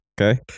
Okay